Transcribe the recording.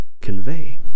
convey